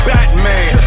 Batman